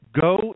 Go